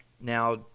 Now